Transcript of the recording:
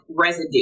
residue